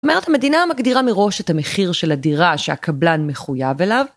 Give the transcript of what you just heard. זאת אומרת, המדינה מגדירה מראש את המחיר של הדירה שהקבלן מחויב אליו,